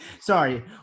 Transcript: Sorry